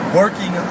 working